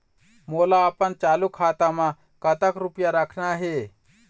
मोला अपन चालू खाता म कतक रूपया रखना हे?